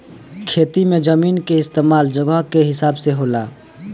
खेती मे जमीन के इस्तमाल जगह के हिसाब से होला